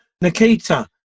nikita